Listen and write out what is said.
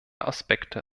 aspekte